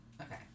Okay